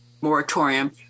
moratorium